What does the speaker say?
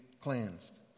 cleansed